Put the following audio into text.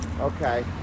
Okay